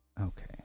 Okay